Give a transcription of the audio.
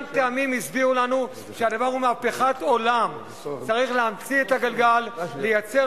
אני קורא לכם לדחות את הגרסה ואת ההסתייגות של